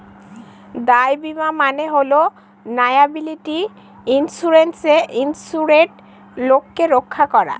দায় বীমা মানে হল লায়াবিলিটি ইন্সুরেন্সে ইন্সুরেড লোককে রক্ষা করা